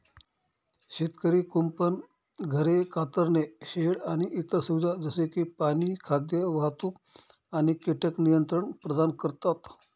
शेतकरी कुंपण, घरे, कातरणे शेड आणि इतर सुविधा जसे की पाणी, खाद्य, वाहतूक आणि कीटक नियंत्रण प्रदान करतात